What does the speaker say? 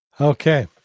okay